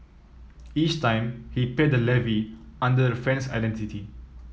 each time he paid the levy under the friend's identity